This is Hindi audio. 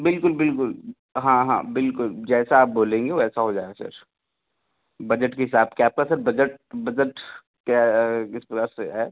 बिल्कुल बिल्कुल हाँ हाँ बिल्कुल जैसा आप बोलेंगे वैसा हो जाएगा सर बजट के हिसाब क्या आपका सर बजट बजट क्या किस प्रकार से है